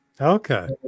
Okay